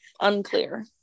Unclear